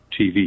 TV